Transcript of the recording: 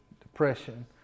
depression